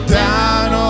down